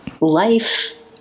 life